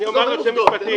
אני אומר עוד שני משפטים.